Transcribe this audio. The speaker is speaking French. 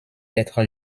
être